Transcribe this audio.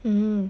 mm